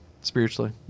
spiritually